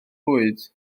bwyd